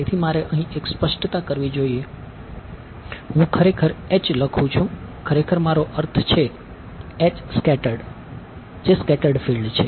તેથી મારે અહીં એક સ્પષ્ટતા કરવી જોઈએ હું ખરેખર H લખું છું ખરેખર મારો અર્થ છે જે સ્કેટર્ડ છે